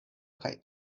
kaj